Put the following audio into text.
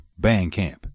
Bandcamp